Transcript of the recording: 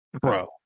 bro